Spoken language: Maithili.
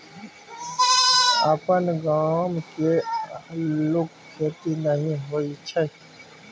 अपन गाम मे अल्लुक खेती नहि होए छै